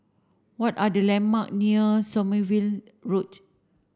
what are the landmark near Sommerville Road